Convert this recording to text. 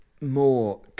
more